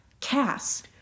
Cass